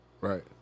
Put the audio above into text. Right